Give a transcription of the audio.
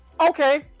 Okay